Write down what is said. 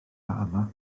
yma